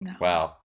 wow